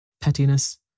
pettiness